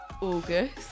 August